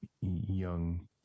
young